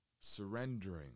surrendering